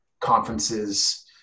conferences